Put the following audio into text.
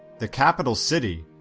the capital city,